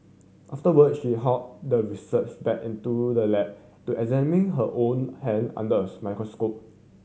afterward she hauled the researcher back into the lab to examine her own hand under a microscope